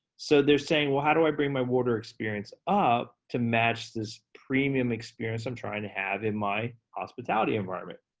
so they're saying, well how do i bring my water experience up to match this premium experience i'm trying to have in my hospitality hospitality environment?